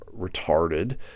retarded